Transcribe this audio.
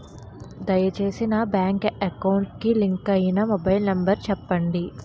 దయచేసి నా bank account కి లింక్ అయినా మొబైల్ నంబర్ చెప్పండి